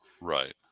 Right